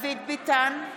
דוד ביטן,